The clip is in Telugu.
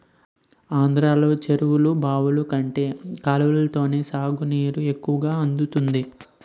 ఆంధ్రలో చెరువులు, బావులు కంటే కాలవతోనే సాగునీరు ఎక్కువ అందుతుంది